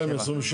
אה, זה מ-27?